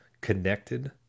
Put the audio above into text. connected